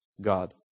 God